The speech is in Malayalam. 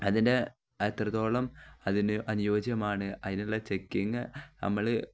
അതിൻ്റെ എത്രത്തോളം അതിന് അനുയോജ്യമാണ് അതിനുള്ള ചെക്കിങ്ങ് നമ്മള്